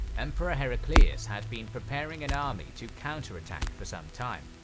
emperor heraclius has been preparing an army to counter-attack for some time.